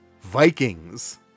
Vikings